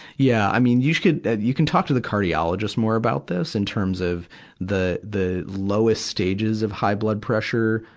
yeah. i mean, you can, you can talk to the cardiologist more about this, in terms of the, the lowest stages of high blood pressure,